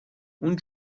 اون